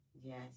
Yes